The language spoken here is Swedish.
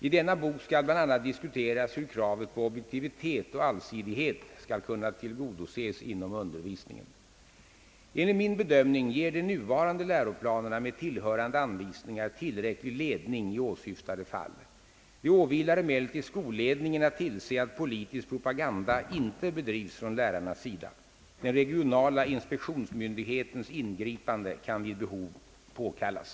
I denna bok skall bl.a. diskuteras hur kravet på objektivitet och allsidighet skall kunna tillgodoses inom undervisningen. Enligt min bedömning ger de nuvarande läroplanerna med tillhörande anvisningar tillräcklig ledning i åsyftade fall. Det åvilar emellertid skolledningen att tillse att politisk propaganda inte bedrivs från lärarnas sida. Den regionala inspektionsmyndighetens ingripande kan vid behov påkallas.